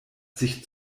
sich